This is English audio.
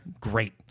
great